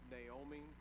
Naomi